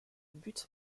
buts